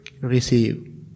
receive